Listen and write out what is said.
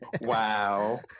wow